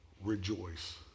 rejoice